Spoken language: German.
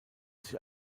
sich